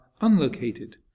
unlocated